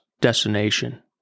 destination